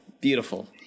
Beautiful